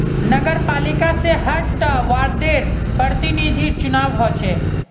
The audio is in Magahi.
नगरपालिका से हर टा वार्डर प्रतिनिधिर चुनाव होचे